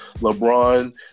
LeBron